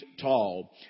tall